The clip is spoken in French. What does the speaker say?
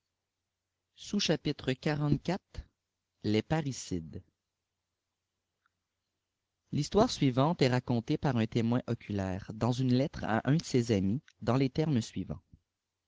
l parrieideê l'histoire suivante est racontée par un témoin oculaire y dans une lettre à un de ses amis dans les termes suivants